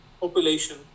population